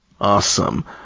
awesome